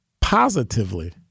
positively